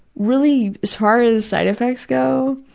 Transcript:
really as far as side effects go,